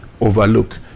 overlook